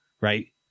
Right